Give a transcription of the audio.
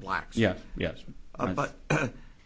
black yes yes but